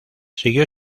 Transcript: siguió